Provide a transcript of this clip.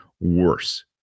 worse